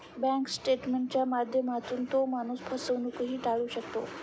bank स्टेटमेंटच्या माध्यमातून तो माणूस फसवणूकही टाळू शकतो